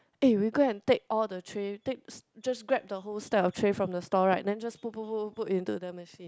eh we go and take all the tray takes just grab the whole stack of tray from the store right then just put put put put into the machine